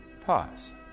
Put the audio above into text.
pause